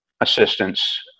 assistance